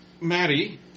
Maddie